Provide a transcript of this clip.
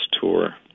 tour